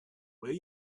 will